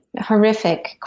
horrific